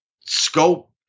scope